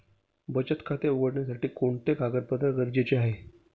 बचत खाते उघडण्यासाठी कोणते कागदपत्रे गरजेचे आहे?